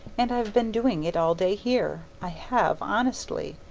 and i've been doing it all day here. i have honestly.